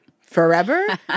forever